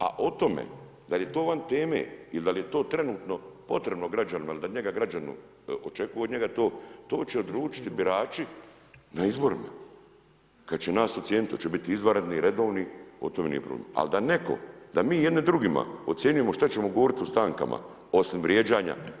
A o tome da li je to van teme ili da li je to trenutno potrebno građanima jel da građani očekuju od njega to, to će odlučiti birači na izborima kada će nas ocijeniti, hoće biti izvanredni, redovni o tome nije problem. ali da neko, da mi jedni drugima ocjenjujemo šta ćemo govoriti u stankama osim vrijeđanja.